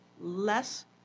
less